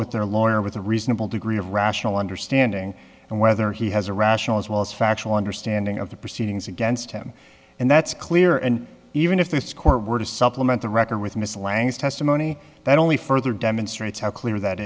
with their lawyer with a reasonable degree of rational understanding and whether he has a rational as well as factual understanding of the proceedings against him and that's clear and even if this supplement the record with miss lang's testimony that only further demonstrates how clear that